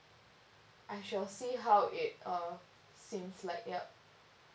I shall see how it uh seems like yup